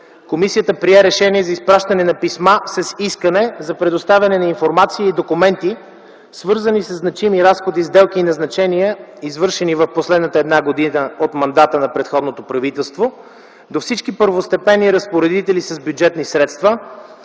комисията прие решение за изпращане на писма с искане за предоставяне на информация и документи, свързани със значими разходи, сделки и назначения, извършени в последната една година от мандата на предходното правителство до всички първостепенни разпоредители с бюджетни средства